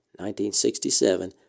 1967